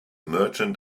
merchant